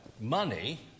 money